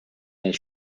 nel